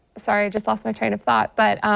sorry just lost my train of thought but